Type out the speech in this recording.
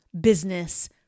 business